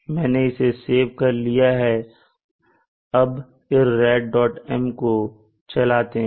मैंने इसे सेव कर लिया है अब irradm को चलाते हैं